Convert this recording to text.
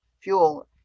fuel